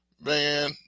Man